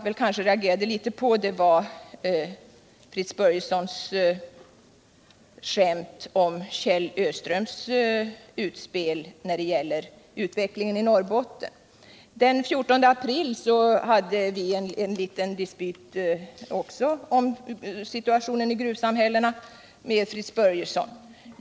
Vidare reagerade jag något mot Fritz Börjessons skämt om Kjell Öströms utspel när det gäller utvecklingen i Norrbotten. Också den 14 april hade vi en liten dispyt med Fritz Börjesson om situationen i gruvsamhällena.